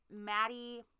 Maddie